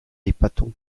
aipatu